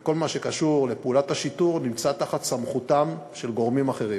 וכל מה שקשור לפעולת השיטור נמצא תחת סמכותם של גורמים אחרים.